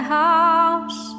house